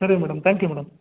ಸರಿ madam thank you madam